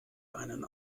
einen